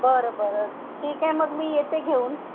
बरं बरं ठीक आहे मग मी येते घेऊन